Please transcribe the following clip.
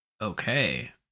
Okay